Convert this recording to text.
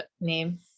name